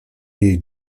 jej